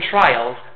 trials